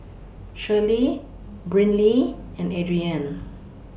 Shirlie Brynlee and Adriane